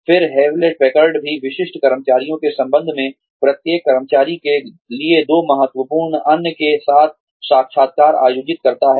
फिर Hewlett Packard भी विशिष्ट कर्मचारी के संबंध में प्रत्येक कर्मचारी के लिए दो महत्वपूर्ण अन्य के साथ साक्षात्कार आयोजित करता है